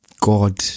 God